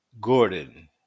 Gordon